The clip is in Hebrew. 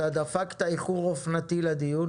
דפקת איחור אופנתי לדיון,